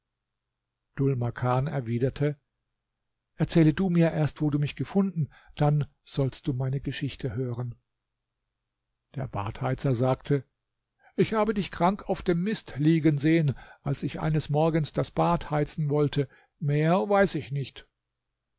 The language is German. makan erwiderte erzähle du mir erst wo du mich gefunden dann sollst du meine geschichte hören der badheizer sagte ich habe dich krank auf dem mist liegen sehen als ich eines morgens das bad heizen wollte mehr weiß ich nicht